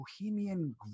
Bohemian